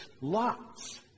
lots